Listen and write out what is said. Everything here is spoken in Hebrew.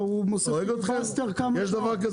עובד של החשב הכללי.